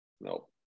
No